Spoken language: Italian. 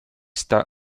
sta